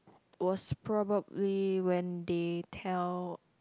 was probably when they tell